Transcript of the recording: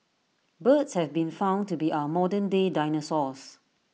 birds have been found to be our modern day dinosaurs